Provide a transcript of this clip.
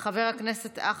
חבר הכנסת יוראי להב,